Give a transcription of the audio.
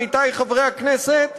עמיתי חברי הכנסת,